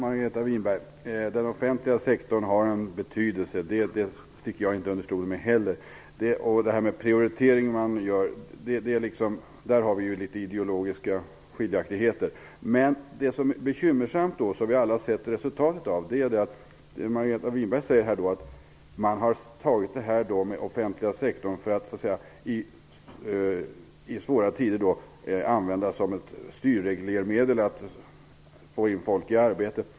Herr talman! Den offentliga sektorn har en betydelse, Margareta Winberg. Det sticker jag inte under stol med heller. Om den prioritering man gör har vi litet ideologiska meningsskiljaktigheter. Men det som är bekymmersamt, som vi alla har sett resultatet av, är att Margareta Winberg säger att man i svåra tider har använt offentliga sektorn som ett styrreglermedel för att få in folk i arbete.